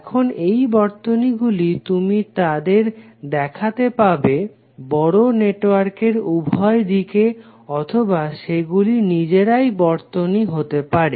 এখন এই বর্তনীগুলি তুমি তাদের দেখাতে পাবে বড় নেটওয়ার্কের উভয় দিকে অথবা সেগুলি নিজেরাই বর্তনী হতে পারে